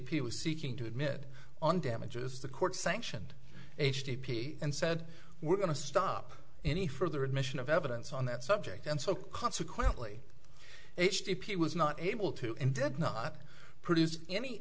people seeking to admit on damages the court sanctioned h t t p and said we're going to stop any further admission of evidence on that subject and so consequently h d p was not able to invent not produce any